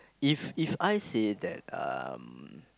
if if I say that um